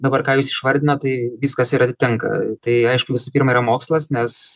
dabar ką jūs išvardinot tai viskas ir atitinka tai aišku visų pirma yra mokslas nes